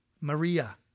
Maria